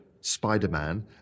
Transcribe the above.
Spider-Man